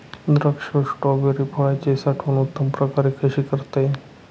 द्राक्ष व स्ट्रॉबेरी फळाची साठवण उत्तम प्रकारे कशी करता येईल?